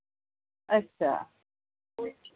अच्छा